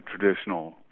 traditional